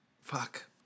Fuck